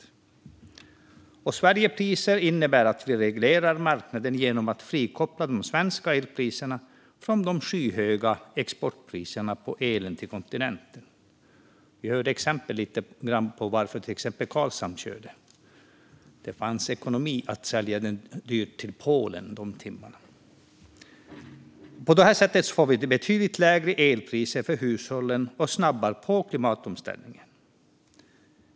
Sverigepriser innebär att vi reglerar marknaden genom att frikoppla de svenska elpriserna från de skyhöga exportpriserna för el som säljs till kontinenten. Vi hörde till exempel varför Karlshamn var igång - det fanns ekonomi i att sälja elen dyrt till Polen under de timmarna. Med Sverigepriser får vi betydligt lägre elpriser för hushållen och snabbar på klimatomställningen.